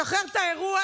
שחרר את האירוע,